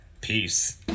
Peace